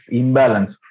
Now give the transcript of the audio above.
imbalance